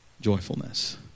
joyfulness